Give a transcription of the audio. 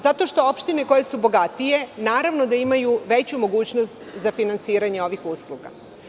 Zato što opštine koje su bogatije naravno da imaju veću mogućnost za finansiranje ovih usluga.